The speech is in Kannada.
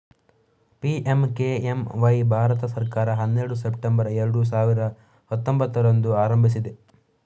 ಪಿ.ಎಂ.ಕೆ.ಎಂ.ವೈ ಭಾರತ ಸರ್ಕಾರ ಹನ್ನೆರಡು ಸೆಪ್ಟೆಂಬರ್ ಎರಡು ಸಾವಿರದ ಹತ್ತೊಂಭತ್ತರಂದು ಆರಂಭಿಸಿದೆ